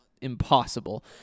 impossible